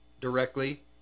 directly